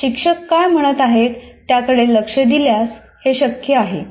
शिक्षक काय म्हणत आहेत त्याकडे लक्ष दिल्यास हे शक्य आहे